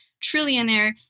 trillionaire